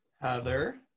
Heather